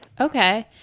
Okay